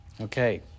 Okay